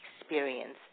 experience